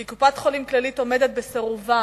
כי קופת-חולים "כללית" עומדת בסירובה